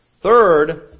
Third